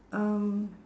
um